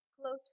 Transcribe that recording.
close